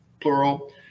Plural